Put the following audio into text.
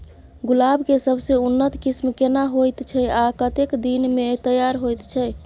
गुलाब के सबसे उन्नत किस्म केना होयत छै आ कतेक दिन में तैयार होयत छै?